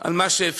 על מה שאפשר,